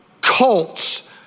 cults